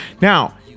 Now